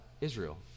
Israel